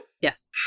Yes